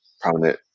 prominent